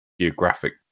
geographic